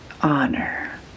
honor